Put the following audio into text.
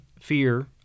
fear